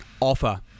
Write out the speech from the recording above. offer